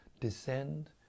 descend